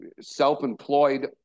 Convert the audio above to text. Self-employed